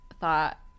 thought